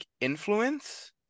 influence